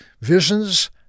visions